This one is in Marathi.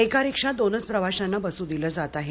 एका रिक्षात दोनच प्रवाशांना बसू दिले जात आहेत